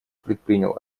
предпринял